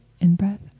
in-breath